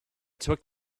took